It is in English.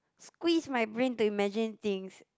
squeeze my brain to imagine things